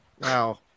Wow